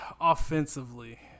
offensively